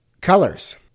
Colors